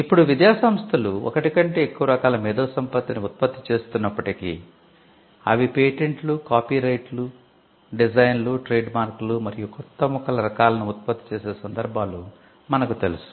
ఇప్పుడు విద్యాసంస్థలు ఒకటి కంటే ఎక్కువ రకాల మేధోసంపత్తిని ఉత్పత్తి చేస్తున్నప్పటికీ అవి పేటెంట్లు కాపీరైట్ డిజైన్లు ట్రేడ్మార్క్ మరియు కొత్త మొక్కల రకాలను ఉత్పత్తి చేసే సందర్భాలు మనకు తెలుసు